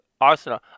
arsenal